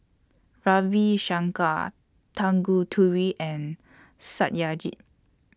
Ravi Shankar Tanguturi and Satyajit